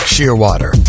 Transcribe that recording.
Shearwater